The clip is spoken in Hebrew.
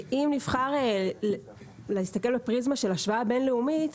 אם נבחר להסתכל בפריזמה של השוואה בין-לאומית,